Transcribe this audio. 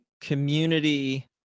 community